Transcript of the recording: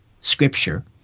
Scripture